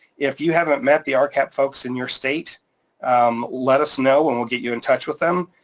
if you haven't met the ah rcap folks in your state um let us know, and we'll get you in touch with them.